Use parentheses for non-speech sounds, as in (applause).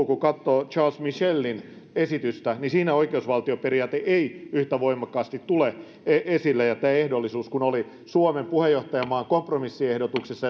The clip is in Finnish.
(unintelligible) kun katsoo charles michelin esitystä siinä oikeusvaltioperiaate ei yhtä voimakkaasti tule esille ja tämä ehdollisuus kun oli puheenjohtajamaa suomen kompromissiehdotuksessa (unintelligible)